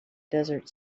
desert